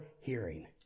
hearing